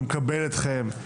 ומקבל אתכם.